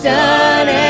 done